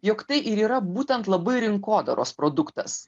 jog tai ir yra būtent labai rinkodaros produktas